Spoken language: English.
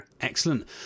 Excellent